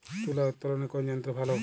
তুলা উত্তোলনে কোন যন্ত্র ভালো?